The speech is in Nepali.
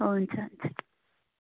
हुन्छ हुन्छ